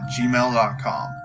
gmail.com